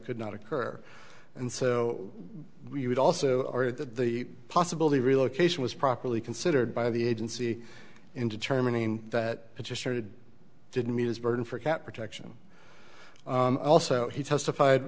could not occur and so we would also add that the possibility relocation was properly considered by the agency in determining that it just started didn't meet its burden for cat protection also he testified